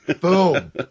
Boom